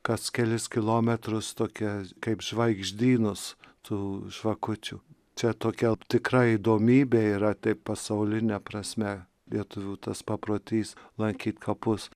kas kelis kilometrus tokia kaip žvaigždynus tu žvakučių čia tokia tikra įdomybė yra taip pasauline prasme lietuvių tas paprotys lankyt kapus